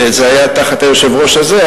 וזה היה תחת היושב-ראש הזה,